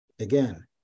again